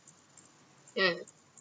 ya